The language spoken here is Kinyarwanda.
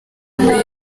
muri